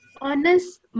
honest